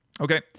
Okay